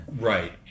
Right